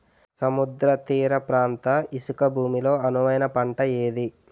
సముద్ర తీర ప్రాంత ఇసుక భూమి లో అనువైన పంట ఏది?